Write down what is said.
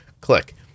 Click